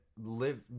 live